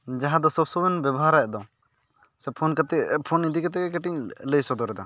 ᱡᱟᱦᱟᱸ ᱫᱚ ᱰᱥᱳᱵᱥᱚᱢᱚᱭ ᱵᱚᱱ ᱵᱮᱵᱚᱦᱟᱨᱮᱫ ᱫᱚ ᱥᱮ ᱯᱷᱳᱱ ᱠᱟᱛᱮᱫ ᱯᱷᱳᱱ ᱤᱫᱤ ᱠᱟᱛᱮᱫ ᱜᱮ ᱠᱟᱹᱴᱤᱡ ᱤᱧ ᱞᱟᱹᱭ ᱥᱚᱫᱚᱨ ᱮᱫᱟ